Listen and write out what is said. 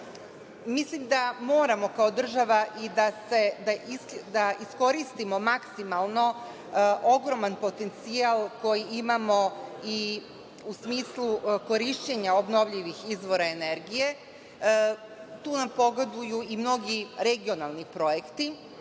da moramo kao država da iskoristimo maksimalno ogroman potencijal koji imamo i u smislu korišćenja obnovljivih izvora energije. Tu nam pogoduju i mnogi regionalni projekti,